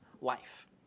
life